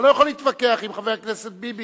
חבר הכנסת מג'אדלה רוצה לומר את דבריו.